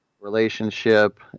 relationship